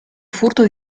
furto